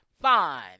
fine